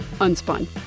Unspun